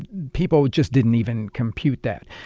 people just didn't even compute that.